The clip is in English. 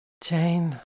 Jane